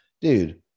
dude